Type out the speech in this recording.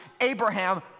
Abraham